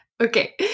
Okay